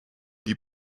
die